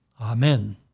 Amen